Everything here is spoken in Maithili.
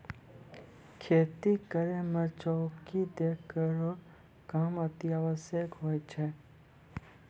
खेती करै म चौकी दै केरो काम अतिआवश्यक होय छै